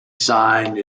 signed